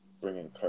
bringing